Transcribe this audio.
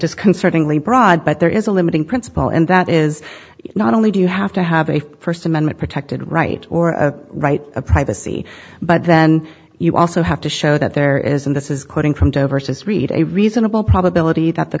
disconcertingly broad but there is a limiting principle and that is not only do you have to have a first amendment protected right or a right of privacy but then you also have to show that there is and this is quoting from joe versus reed a reasonable probability that the